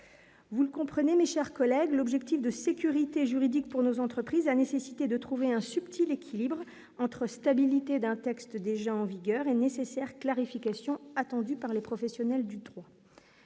vous le comprenez, mes chers collègues, l'objectif de sécurité juridique pour nos entreprises, a nécessité de trouver un subtil équilibre entre stabilité d'un texte déjà en vigueur est nécessaire clarification attendue par les professionnels du droit.